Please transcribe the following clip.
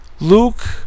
Luke